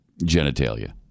genitalia